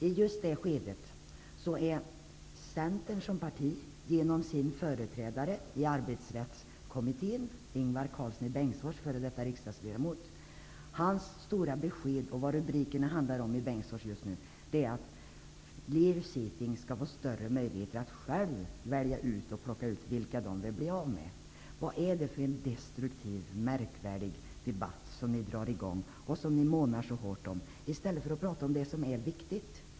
I just det skedet har Centern som parti genom sin företrädare i Arbetsrättskommittén, f.d. riksdagsledamoten Ingvar Karlsson i Bengtsfors, gått ut med att företaget skall få större möjligheter att självt plocka ut vilka man vill bli av med. Det är vad tidningsrubrikerna i Bengtsfors handlar om just nu. Vad är det för märkvärdig, destruktiv debatt som ni i Centern på det sättet drar i gång i stället för att prata om det som är viktigt?